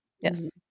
yes